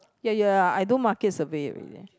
ya ya ya I do market survey already